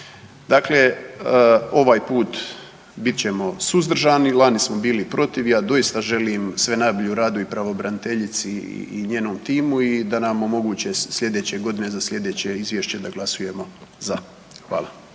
Dakle, ovaj put bit ćemo suzdržani, lani smo bili protiv. Ja doista želim sve najbolje u radu i pravobraniteljici i njenom timu i da nam omoguće sljedeće godine za sljedeće izvješće da glasujemo za. Hvala.